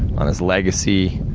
on his legacy,